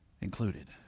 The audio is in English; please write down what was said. included